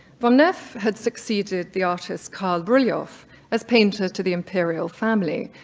von nuff had succeeded the artist karl bryullov as painter to the imperial family.